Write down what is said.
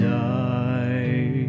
die